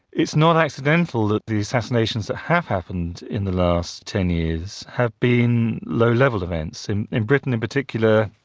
it's not accidental that the assassinations that have happened in the last ten years have been low level events. in in britain in particular,